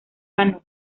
ganó